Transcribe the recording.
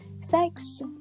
sex